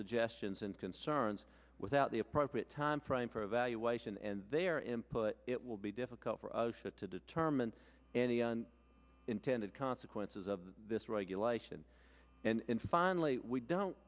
suggestions and concerns without the appropriate time frame for evaluation and their input it will be difficult to determine any and intended consequences of this regulation and finally we don't